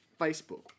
Facebook